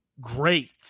great